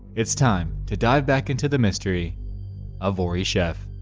it's time to dive back into the mystery of orie chef